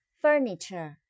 furniture